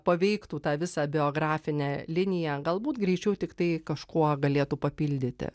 paveiktų tą visą biografinę liniją galbūt greičiau tiktai kažkuo galėtų papildyti